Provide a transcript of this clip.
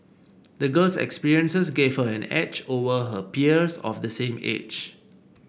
the girl's experiences gave her an edge over her peers of the same age